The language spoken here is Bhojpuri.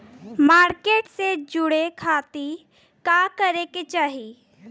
मार्केट से जुड़े खाती का करे के चाही?